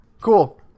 Cool